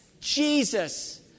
Jesus